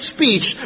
Speech